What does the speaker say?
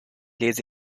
lese